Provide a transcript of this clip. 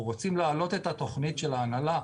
אנחנו רוצים להעלות את התוכנית של ההנהלה,